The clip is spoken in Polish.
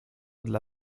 dla